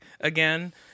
again